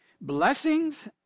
Blessings